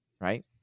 Right